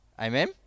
amen